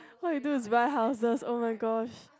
all you do is buy houses oh-my-gosh